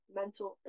mental